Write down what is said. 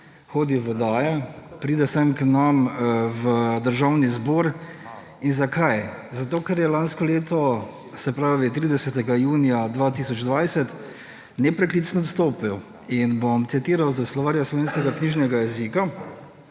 hodi v oddaje, pride sem, k nam v državni zbor. Zakaj? Zato, ker je lansko leto, se pravi 30. junija 2020, nepreklicno odstopil. In bom citiral iz Slovarja slovenskega knjižnega jezika,